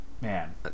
Man